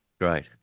Great